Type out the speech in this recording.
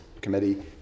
committee